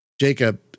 Jacob